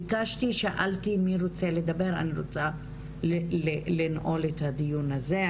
שאלתי מי רוצה לדבר לנעול את הדיון הזה,